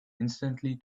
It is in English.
instantly